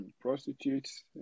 prostitutes